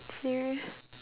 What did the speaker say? serio~